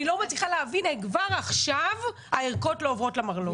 אני לא מצליחה להבין למה כבר עכשיו הערכות לא עוברות למרלוג.